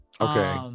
Okay